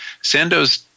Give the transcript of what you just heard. Sandoz